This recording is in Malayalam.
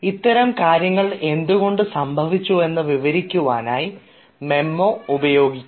ഇത്തരം കാര്യങ്ങൾ എന്തുകൊണ്ട് സംഭവിച്ചുവെന്നു വിവരിക്കുവാനായി മെമ്മോ ഉപയോഗിക്കാം